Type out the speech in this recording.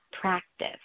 practice